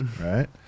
right